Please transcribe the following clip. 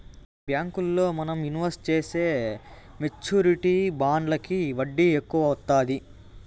బ్యాంకుల్లో మనం ఇన్వెస్ట్ చేసే మెచ్యూరిటీ బాండ్లకి వడ్డీ ఎక్కువ వత్తాది